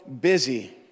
busy